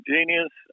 Genius